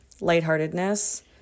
lightheartedness